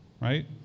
right